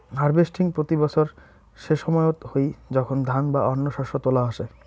harvesting প্রতি বছর সেসময়ত হই যখন ধান বা অন্য শস্য তোলা হসে